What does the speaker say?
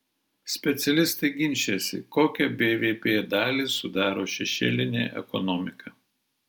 specialistai ginčijasi kokią bvp dalį sudaro šešėlinė ekonomika